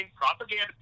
propaganda